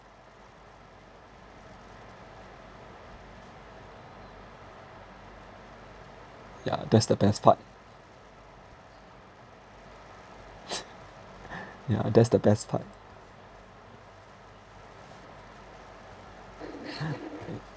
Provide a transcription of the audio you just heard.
yeah that's the best part yeah that's the best part